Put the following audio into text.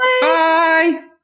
Bye